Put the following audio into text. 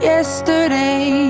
Yesterday